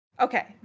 Okay